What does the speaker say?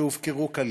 שהופקרו כליל,